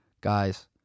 Guys